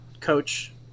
Coach